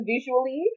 visually